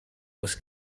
was